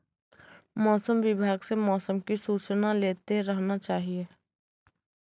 मौसम विभाग से मौसम की सूचना लेते रहना चाहिये?